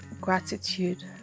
gratitude